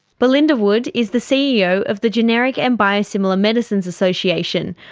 belinda wood is the ceo of the generic and biosimilar medicines association,